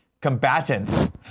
combatants